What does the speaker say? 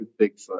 bigfoot